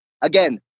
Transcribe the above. Again